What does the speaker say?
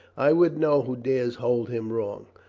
i would know who dares hold him wrong.